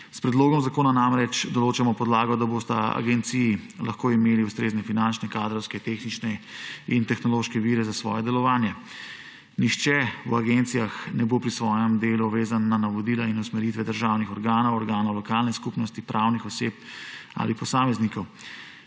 S predlogom zakona namreč določamo podlago, da bosta agenciji lahko imeli ustrezne finančne, kadrovske, tehnične in tehnološke vire za svoje delovanje. Nihče v agencijah ne bo pri svojem delu vezan na navodila in usmeritve državnih organov, organov lokalne skupnosti, pravnih oseb ali posameznikov.